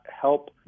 help